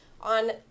on